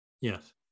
Yes